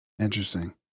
Interesting